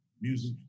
music